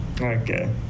Okay